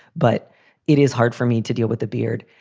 but it is hard for me to deal with the beard.